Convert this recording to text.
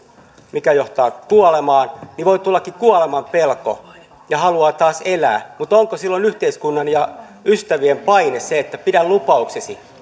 mikä johtaa kuolemaan niin voi tullakin kuolemanpelko ja haluaa taas elää mutta onko silloin yhteiskunnan ja ystävien paine se että pidä lupauksesi